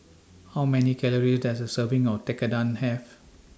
How Many Calories Does A Serving of Tekkadon Have